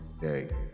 day